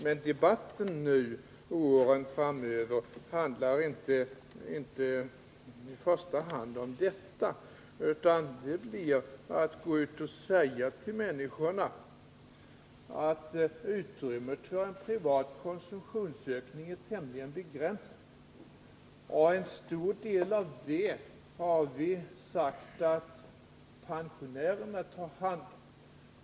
Men debatten nu och under åren framöver handlar inte i första hand om det, utan om att utrymmet för en privat konsumtionsökning är tämligen begränsat. En stor del av det har vi sagt att pensionärerna skall ta hand om.